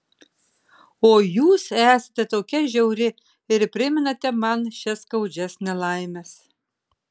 o jūs esate tokia žiauri ir primenate man šias skaudžias nelaimes